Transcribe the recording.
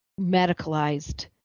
medicalized